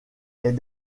est